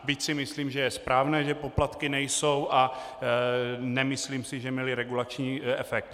Byť si myslím, že je správné, že poplatky nejsou, a nemyslím si, že měly regulační efekt.